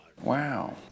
wow